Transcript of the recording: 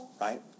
Right